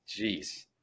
Jeez